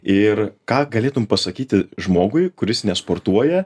ir ką galėtum pasakyti žmogui kuris nesportuoja